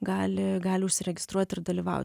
gali gali užsiregistruot ir dalyvau